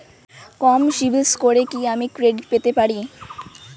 কম CIBIL স্কোরে কি আমি ক্রেডিট পেতে পারি?